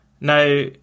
Now